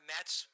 Mets